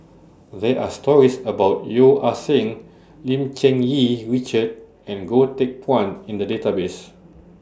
There Are stories about Yeo Ah Seng Lim Cherng Yih Richard and Goh Teck Phuan in The Database